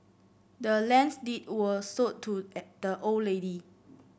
the land's deed was sold to the old lady